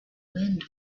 wind